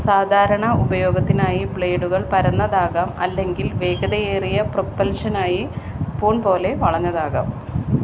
സാധാരണ ഉപയോഗത്തിനായി ബ്ലേഡുകൾ പരന്നതാകാം അല്ലെങ്കിൽ വേഗതയേറിയ പ്രൊപ്പൽഷനായി സ്പൂൺ പോലെ വളഞ്ഞതാകാം